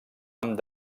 amb